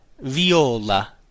Viola